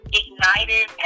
ignited